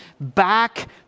back